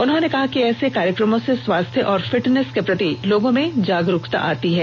उन्होंने कहा कि ऐसे कार्यक्रमों से स्वास्थ्य और फिटनेस के प्रति लोगों में जागरूकता आती है